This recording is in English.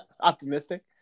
optimistic